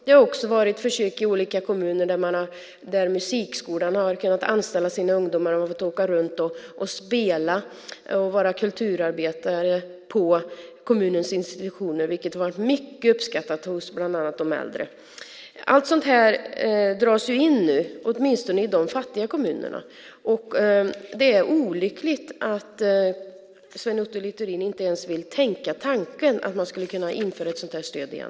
Det har också funnits försök i olika kommuner där musikskolan har kunnat anställa ungdomar som har fått åka runt och spela och vara kulturarbetare på kommunens institutioner, vilket har varit mycket uppskattat av bland annat de äldre. Allt sådant dras in nu, åtminstone i de fattiga kommunerna. Det är olyckligt att Sven Otto Littorin inte ens vill tänka tanken att man skulle kunna införa ett sådant stöd igen.